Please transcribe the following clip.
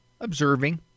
observing